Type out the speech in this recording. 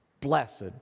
Blessed